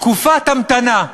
תקופת המתנה.